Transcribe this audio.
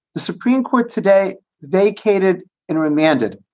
the supreme court today vacated and remanded.